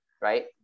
right